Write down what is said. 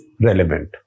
relevant